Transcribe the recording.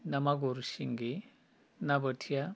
ना मागुर सिंगि ना बोथिया